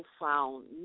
found